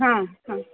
हां हां